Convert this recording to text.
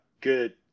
good